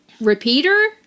repeater